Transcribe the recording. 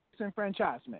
disenfranchisement